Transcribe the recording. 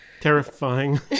terrifying